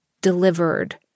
delivered